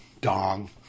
Dong